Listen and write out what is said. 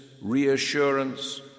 reassurance